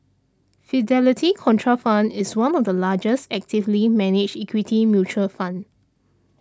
Fidelity Contrafund is one of the largest actively managed equity mutual fund